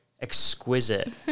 exquisite